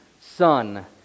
Son